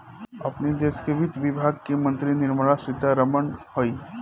अपनी देस के वित्त विभाग के मंत्री निर्मला सीता रमण हई